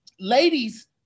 Ladies